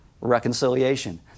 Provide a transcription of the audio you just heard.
reconciliation